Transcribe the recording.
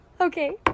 Okay